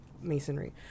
masonry